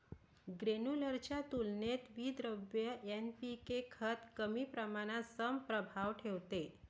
granular च्या तुलनेत विद्रव्य एन.पी.के खत कमी प्रमाणात समान प्रभाव ठेवते